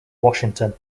washington